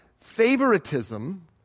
favoritism